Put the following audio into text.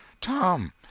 Tom